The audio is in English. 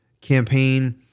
campaign